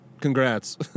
Congrats